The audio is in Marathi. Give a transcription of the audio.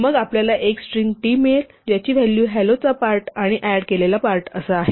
मग आपल्याला एक स्ट्रिंग t मिळेल ज्याची व्हॅलू hello चा पार्ट आणि ऍड केलेला पार्ट असा आहे